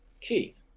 Keith